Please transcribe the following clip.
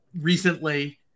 recently